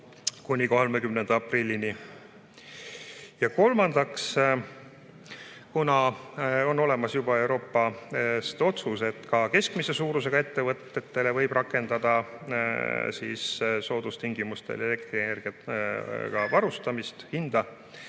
kuni 30. aprillini. Ja kolmandaks, kuna on olemas juba Euroopa otsus, et ka keskmise suurusega ettevõtetele võib rakendada soodustingimustel elektrienergiaga varustamist,